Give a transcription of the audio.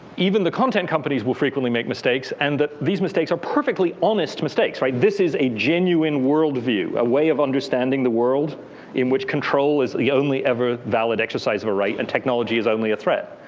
even the content companies will frequently make mistakes. and these mistakes are perfectly honest mistakes, right. this is a genuine world view. a way of understanding the world in which control is the only ever valid exercise of a right, and technology is only a threat.